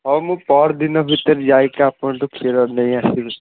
ହଉ ମୁଁ ପରଦିନ ଭିତରେ ଯାଇକି ଆପଣଙ୍କ ଠୁ କ୍ଷୀର ନେଇ ଆସିବି